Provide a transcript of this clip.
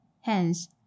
Hence